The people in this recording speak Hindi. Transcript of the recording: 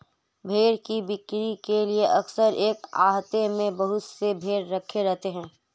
भेंड़ की बिक्री के लिए अक्सर एक आहते में बहुत से भेंड़ रखे रहते हैं